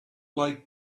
like